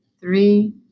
three